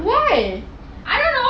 why